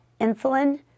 insulin